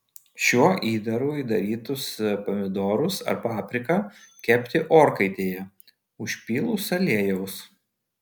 šiuo įdaru įdarytus pomidorus ar papriką kepti orkaitėje užpylus aliejaus